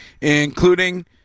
including